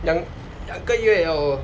两两个月呦